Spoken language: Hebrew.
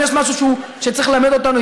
אם יש משהו שצריך ללמד אותנו,